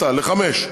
עלתה ל-5.